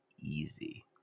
easy